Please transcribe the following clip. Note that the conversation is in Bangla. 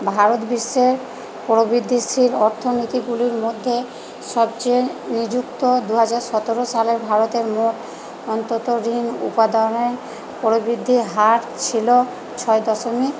ভারত বিশ্বের প্রভৃতিশীল অর্থনীতিগুলির মধ্যে সবচেয়ে নিযুক্ত দুহাজার সতেরো সালের ভারতের মোট অন্তত ঋণ উপাদানের প্রভৃতির হার ছিল ছয় দশমিক